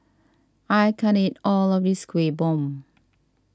I can't eat all of this Kueh Bom